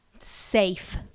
Safe